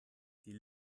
die